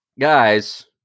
Guys